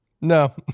No